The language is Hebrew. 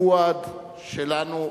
פואד שלנו,